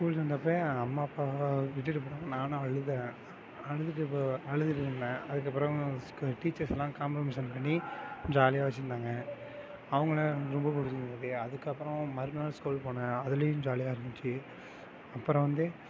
school சேர்ந்தப்ப அம்மா அப்பா விட்டுவிட்டு போனாங்க நான் அழுதேன் அழுதுவிட்டு அப்ப அழுதுட்ருந்தேன் அதுக்கப்பறம் டீச்சர்ஸுலாம் காம்ப்ரமைஸ் பண்ணி ஜாலியாக வெச்சிருந்தாங்க அவங்கள ரொம்ப பிடிச்சிருந்துது அதுக்கப்றம் மறுநாள் ஸ்கூல் போனே அதுலேயும் ஜாலியாக இருந்துச்சு அப்பறம் வந்து